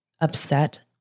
upset